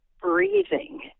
breathing